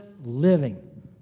living